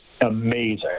amazing